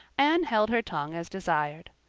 anne held her tongue as desired.